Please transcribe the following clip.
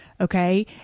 okay